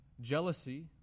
Jealousy